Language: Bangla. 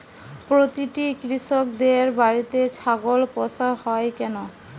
প্রতিটি কৃষকদের বাড়িতে ছাগল পোষা হয় কেন?